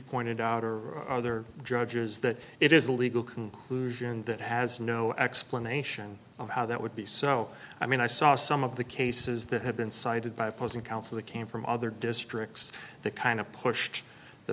pointed out or other judges that it is a legal conclusion that has no explanation on how that would be so i mean i saw some of the cases that have been cited by opposing counsel that came from other districts the kind of pushed the